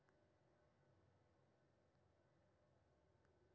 औद्योगिक जरूरत लेल माछक शिकार सं पर्यावरण पर हानिकारक प्रभाव पड़ै छै